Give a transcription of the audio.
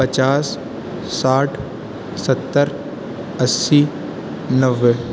پچاس ساٹھ ستر اسّی نبھے